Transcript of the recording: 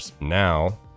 Now